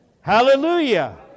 Hallelujah